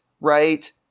right